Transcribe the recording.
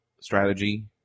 strategy